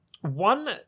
One